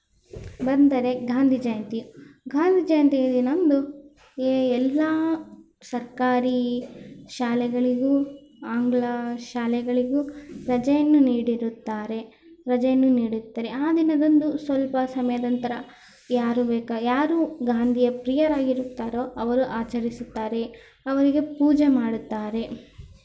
ಬಂದರೆ ಗಾಂಧಿ ಜಯಂತಿ ಗಾಂಧಿ ಜಯಂತಿ ದಿನದಂದು ಎ ಎಲ್ಲ ಸರ್ಕಾರಿ ಶಾಲೆಗಳಿಗೂ ಆಂಗ್ಲ ಶಾಲೆಗಳಿಗೂ ರಜೆಯನ್ನು ನೀಡಿರುತ್ತಾರೆ ರಜೆಯನ್ನು ನೀಡುತ್ತಾರೆ ಆ ದಿನದಂದು ಸ್ವಲ್ಪ ಸಮಯದ ನಂತರ ಯಾರು ಬೇಕೋ ಯಾರು ಗಾಂಧಿಯ ಪ್ರಿಯರಾಗಿರುತ್ತಾರೋ ಅವರು ಆಚರಿಸುತ್ತಾರೆ ಅವರಿಗೆ ಪೂಜೆ ಮಾಡುತ್ತಾರೆ